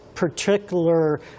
particular